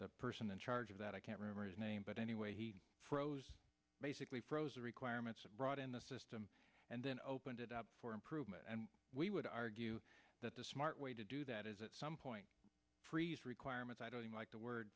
the person in charge of that i can't remember his name but anyway he froze basically frozen requirements and brought in the system and then opened it up for improvement and we would argue that the smart way to do that is at some point freeze requirements i don't like the word